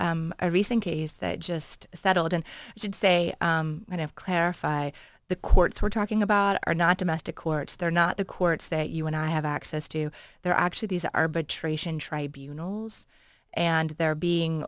recent case that just settled and you should say i have clarified the court's we're talking about are not domestic courts they're not the courts that you and i have access to they're actually these arbitration tribunals and they're being